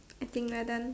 I think we're done